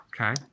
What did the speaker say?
okay